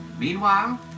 Meanwhile